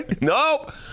Nope